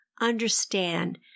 understand